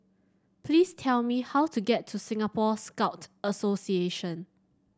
please tell me how to get to Singapore Scout Association